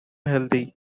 healthy